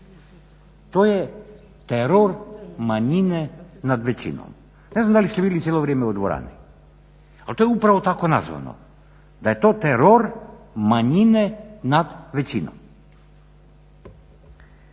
to je teror manjine nad većinom. Ne znam da li ste bili cijelo vrijeme u dvorani. Ali to je upravo tako nazvano. Da je to teror manjine nad većinom.